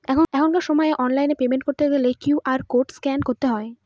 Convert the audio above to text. এখনকার সময় online payment করতে গেলে কিউ.আর কোড স্ক্যান করতে হয়